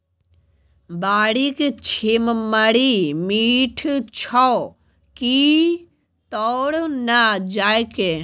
बाड़ीक छिम्मड़ि मीठ छौ की तोड़ न जायके